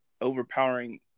overpowering